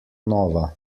nova